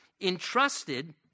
entrusted